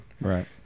right